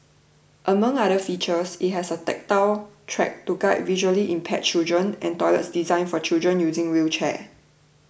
among other features it has a tactile track to guide visually impaired children and toilets designed for children using wheelchairs